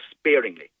sparingly